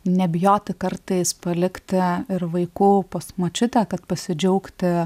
nebijoti kartais palikti ir vaikų pas močiutę kad pasidžiaugti